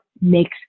makes